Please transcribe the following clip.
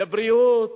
לבריאות,